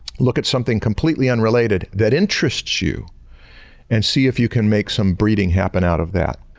look at something completely unrelated that interests you and see if you can make some breeding happen out of that.